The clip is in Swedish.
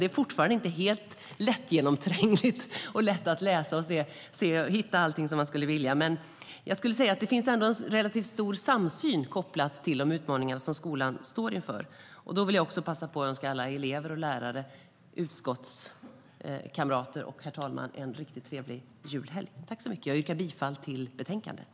Det är fortfarande inte helt lättgenomträngligt och lätt att läsa och hitta i, men det finns ändå en relativt stor samsyn kopplad till de utmaningar som skolan står inför.